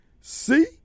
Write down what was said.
see